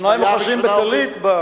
שניים אוחזין בטלית.